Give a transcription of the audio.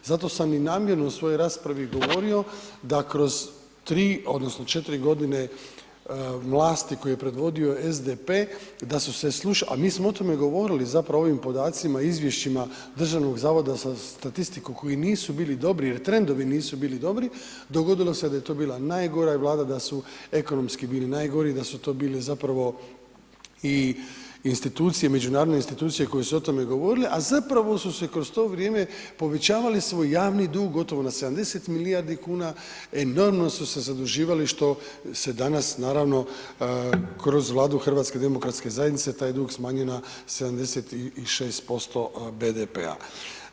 Zato sam i namjerno u svojoj raspravi govorio da kroz tri odnosno četiri godine vlasti koju je predvodio SDP, da su se slušali, a mi smo o tome govorili, zapravo o ovim podacima, Izvješćima Državnog zavoda za statistiku koji nisu bili dobri jer trendovi nisu bili dobri, dogodilo se da je to bila najgora Vlada, da su ekonomski bili najgori i da su to bile zapravo i Institucije, međunarodne Institucije koje su o tome govorile, a zapravo su se kroz to vrijeme povećavali smo javni dug, gotovo na 70 milijardi kuna, enormno smo se zaduživali što se danas naravno kroz Vladu Hrvatske demokratske zajednice taj dug smanjio na 76% BDP-a.